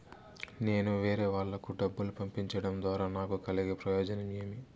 నేను వేరేవాళ్లకు డబ్బులు పంపించడం ద్వారా నాకు కలిగే ప్రయోజనం ఏమి?